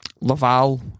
Laval